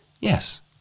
Yes